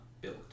built